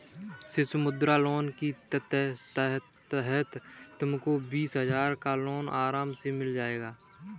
शिशु मुद्रा लोन के तहत तुमको बीस हजार का लोन आराम से मिल जाएगा